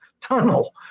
tunnel